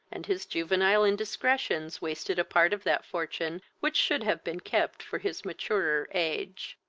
and his juvenile indiscretions wasted a part of that fortune which should have been kept for his maturer age.